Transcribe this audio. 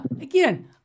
again